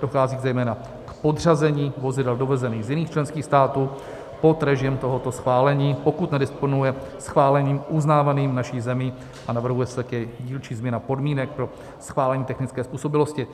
Dochází zejména k podřazení vozidel dovezených z jiných členských států pod režim tohoto schválení, pokud nedisponuje schválením uznávaným naší zemí, a navrhuje se také dílčí změna podmínek pro schválení technické způsobilosti